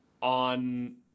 on